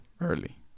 early